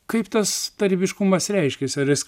kaip tas tarybiškumas reiškėsi ar jis